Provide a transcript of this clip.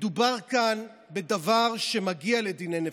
מדובר כאן בדבר שמגיע לדיני נפשות.